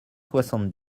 soixante